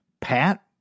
Pat